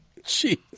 Jeez